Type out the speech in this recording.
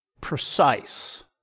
Precise